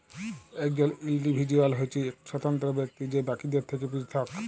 একজল ইল্ডিভিজুয়াল হছে ইক স্বতন্ত্র ব্যক্তি যে বাকিদের থ্যাকে পিরথক